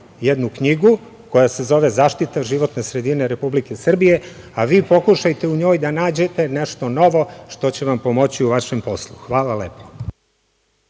jednu knjigu koja se zove „Zaštita životne sredine Republike Srbije“, a vi pokušajte u njoj da nađete nešto novo što će vam pomoći u vašem poslu. Hvala lepo.